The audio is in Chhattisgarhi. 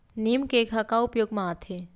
नीम केक ह का उपयोग मा आथे?